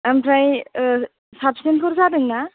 ओमफ्राय साबसिनफोर जादों ना